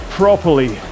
properly